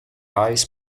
eyes